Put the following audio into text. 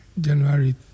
January